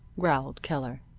growled keller.